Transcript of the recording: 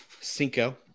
Cinco